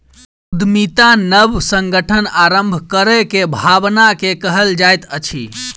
उद्यमिता नब संगठन आरम्भ करै के भावना के कहल जाइत अछि